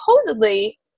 supposedly